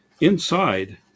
Inside